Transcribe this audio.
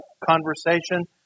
conversation